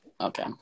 okay